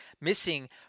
missing